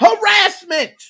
harassment